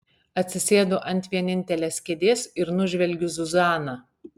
atsisėdu ant vienintelės kėdės ir nužvelgiu zuzaną